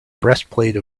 breastplate